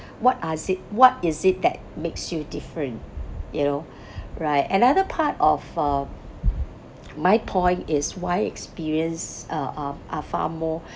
what is it what is it that makes you different you know right another part of uh my point is why experience uh are are far more